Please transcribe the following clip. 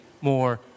more